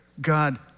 God